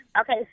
Okay